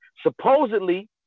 Supposedly